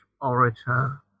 orator